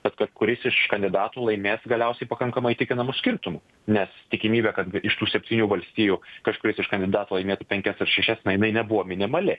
kad kad kuris iš kandidatų laimės galiausiai pakankamai įtikinamu skirtumu nes tikimybė kad iš tų septynių valstijų kažkuris iš kandidatų laimėtų penkias ar šešias na jinai nebuvo minimali